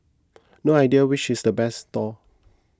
no idea which is the best stall